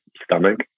stomach